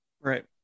Right